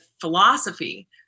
philosophy